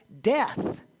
death